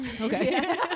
okay